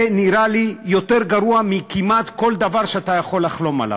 זה נראה לי יותר גרוע כמעט מכל דבר שאתה יכול לחלום עליו,